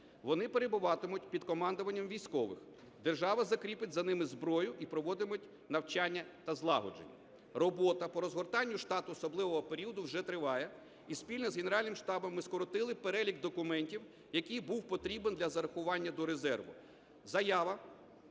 Вони перебуватимуть під командуванням військових, держава закріпить за ними зброю і проводитимуть навчання та злагодження. Робота по розгортанню штату особливого періоду вже триває, і спільно з Генеральним штабом ми скоротили перелік документів, який був потрібен для зарахування до резерву: